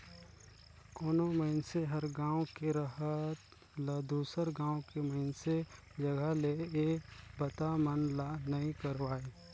कोनो मइनसे हर गांव के रहत ल दुसर गांव के मइनसे जघा ले ये बता मन ला नइ करवाय